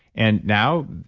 and now,